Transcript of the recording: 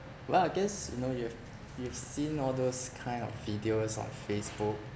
well I guess you know you've you've seen all those kind of videos on facebook